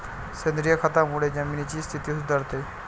सेंद्रिय खतामुळे जमिनीची स्थिती सुधारते